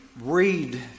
read